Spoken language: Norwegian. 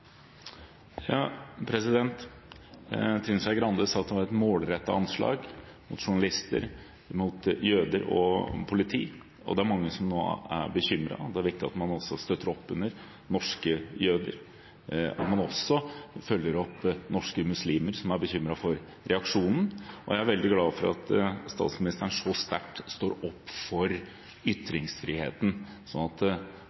Grande sa at det var et målrettet anslag – mot journalister, mot jøder og mot politi. Det er mange som nå er bekymret, og det er viktig at man også støtter opp under norske jøder, og at man også følger opp norske muslimer som er bekymret for reaksjonen. Jeg er veldig glad for at statsministeren så sterkt står opp for ytringsfriheten, slik at